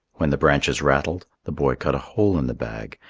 when the branches rattled, the boy cut a hole in the bag,